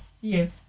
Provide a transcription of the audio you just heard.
Yes